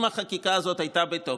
אם החקיקה הזאת הייתה בתוקף,